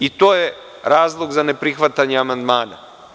I to je razlog za neprihvatanje amandmana.